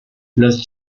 los